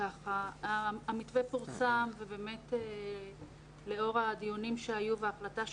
המתווה פורסם ובאמת לאור הדיונים שהיו וההחלטה שהתקבלה,